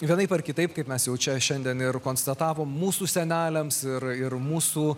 vienaip ar kitaip kaip mes jau čia šiandien ir konstatavom mūsų seneliams ir ir mūsų